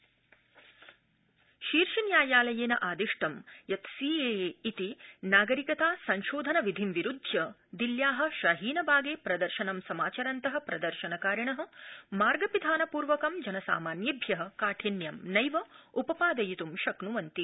शीर्षन्यायालय शीर्षन्यायालयेन आदिष्ट यत् सीएए इति नागरिकता संशोधन विधिं विरूद्वय दिल्या शाहीन बागे प्रदर्शनं समाचरन्त प्रदर्शनकारिण मार्गपिधानपूर्वकं जनसामान्येभ्य काठिन्यं नैव उपपादयित् शक्नुवन्ति